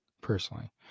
personally